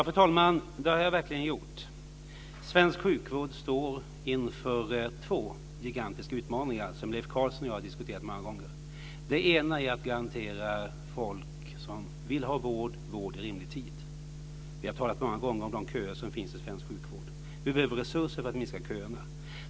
Fru talman! Ja, det har jag verkligen gjort. Svensk sjukvård står inför två gigantiska utmaningar som Leif Carlson och jag har diskuterat många gånger. Den ena utmaningen handlar om att garantera vård till dem som vill ha vård i rimlig tid. Vi har ju många gånger talat om de köer som finns inom svensk sjukvård. Det behövs resurser för att minska köerna.